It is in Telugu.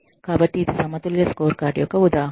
కాబట్టి ఇది సమతుల్య స్కోర్కార్డ్ యొక్క ఉదాహరణ